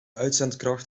uitzendkracht